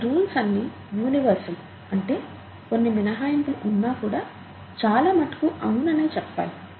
ఈ రూల్స్ అన్ని యూనివెర్సల్ అంటే కొన్ని మినహాయింపులు ఉన్నా కూడా చాలా మటుకు అవును అనే చెప్పాలి